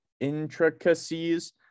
intricacies